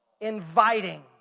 Inviting